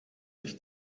ich